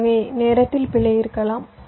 எனவே நேரத்தில் பிழை இருக்கலாம்